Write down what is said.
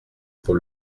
pour